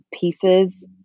pieces